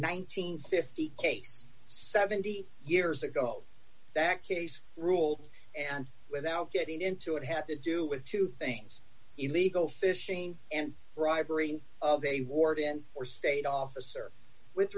and fifty case seventy years ago that case rule and without getting into it had to do with two things illegal fishing and bribery of a warden or state officer with